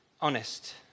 honest